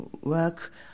work